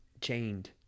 chained